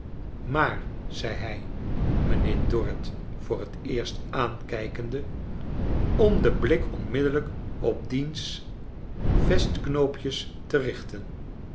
maar zei hij mij nheer d orr it voor het eerst aankijkende om den blik onmiddellijk op diens vestknoopjes te richten